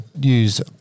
Use